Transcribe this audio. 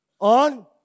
On